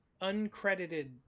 uncredited